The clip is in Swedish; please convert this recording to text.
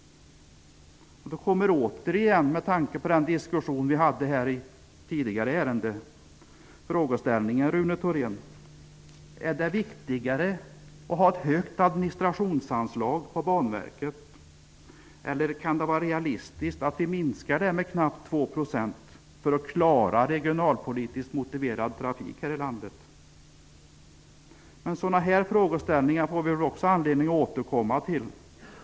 Med tanke på den diskussion vi hade i det tidigare ärendet kan man undra om det är viktigt att ha ett högt administrationsanslag till Banverket, Rune Thorén. Kan det vara realistiskt att minska det med knappt 2 % för att klara en regionalpolitiskt motiverad trafik här i landet? Vi får nog anledning att återkomma till dessa frågeställningar.